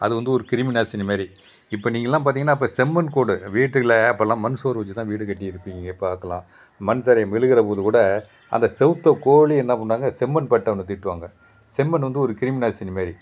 அது வந்து ஒரு கிருமி நாசினி மாதிரி இப்போ நீங்கெல்லாம் பார்த்திங்கனா இப்போ செம்மண் கோடு வீட்டில் அப்போல்லாம் மண் சுவர் வச்சு தான் வீடு கட்டியிருப்பாங்க பார்க்கலாம் மண் தரை மொழுகுறபோது கூட அந்த சுவுத்த கோலி என்ன பண்ணாங்க செம்மண் பட்டை ஒன்று தீட்டுவாங்க செம்மண் வந்து ஒரு கிருமி நாசினி மாதிரி